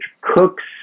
cooks